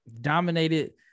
dominated